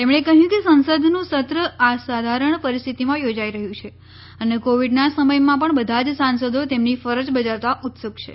તેમણે કહ્યું કે સંસદનું સત્ર અસાધારણ પરિસ્થિતિમાં યોજાઈ રહ્યું છે અને કોવિડના સમયમાં પણ બધા જ સાંસદો તેમની ફરજ બજાવવા ઉત્સુક છે